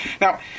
Now